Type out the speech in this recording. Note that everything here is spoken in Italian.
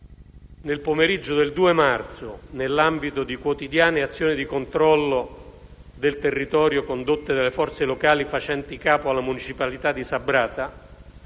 Nel pomeriggio del 2 marzo, nell'ambito di quotidiane azioni di controllo del territorio condotte dalle forze locali facenti capo alla municipalità di Sabrata,